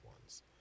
ones